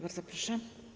Bardzo proszę.